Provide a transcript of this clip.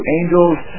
angels